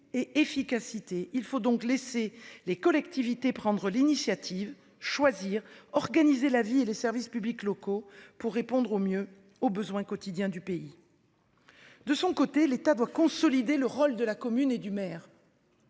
et efficacité. Il faut donc laisser les collectivités prendre l'initiative, faire des choix, organiser la vie et les services publics locaux pour répondre au mieux aux besoins quotidiens du pays. De son côté, l'État doit consolider le rôle de la commune et du maire.